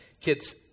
Kids